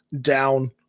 down